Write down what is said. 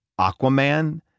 Aquaman